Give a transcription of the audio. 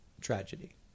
tragedy